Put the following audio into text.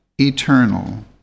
eternal